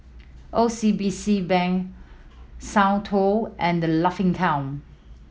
O C BC Bank Soundteoh and The Laughing Cow